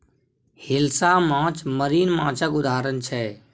हिलसा माछ मरीन माछक उदाहरण छै